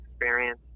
experience